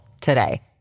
today